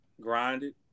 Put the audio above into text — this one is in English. grinded